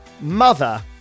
mother